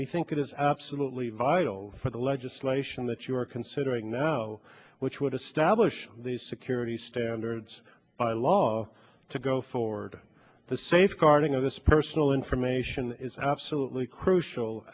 we think it is absolutely vital for the legislation that you are considering no which would establish the security standards by law to go forward the safeguarding of this personal information is absolutely crucial